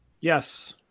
Yes